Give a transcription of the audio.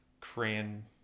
cran